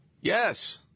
Yes